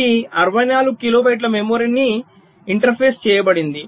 ఇది 64 కిలోబైట్ల మెమరీతో ఇంటర్ఫేస్ చేయబడింది